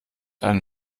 einen